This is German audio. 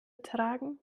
tragen